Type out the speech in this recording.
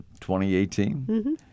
2018